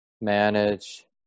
manage